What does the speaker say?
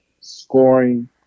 scoring